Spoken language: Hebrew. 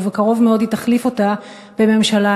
ובקרוב מאוד הוא יחליף אותה בממשלה